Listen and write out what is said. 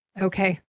okay